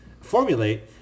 formulate